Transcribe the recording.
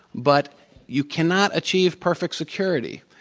but you cannot achieve perfect security.